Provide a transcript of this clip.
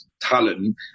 talent